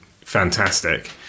fantastic